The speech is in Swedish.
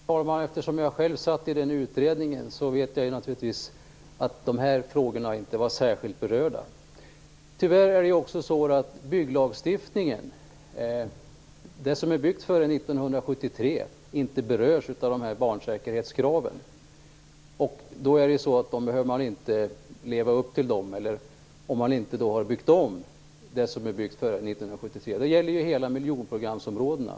Herr talman! Eftersom jag själv satt med i den utredningen vet jag naturligtvis att dessa frågor inte var särskilt berörda. Tyvärr gäller det här också bygglagstiftningen. Det som är byggt före 1973 berörs inte av dessa barnsäkerhetskrav. Man behöver alltså inte leva upp till dem om man inte har byggt om det som är byggt före 1973. Detta gäller hela miljonprogramsområdena.